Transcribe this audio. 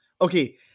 Okay